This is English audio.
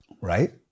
Right